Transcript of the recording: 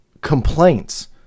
complaints